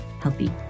healthy